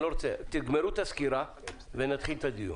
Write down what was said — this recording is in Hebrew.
תגמרו את הסקירה ונתחיל בדיון.